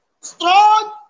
strong